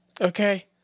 Okay